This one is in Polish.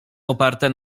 oparte